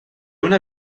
una